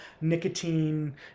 nicotine